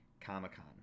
Comic-Con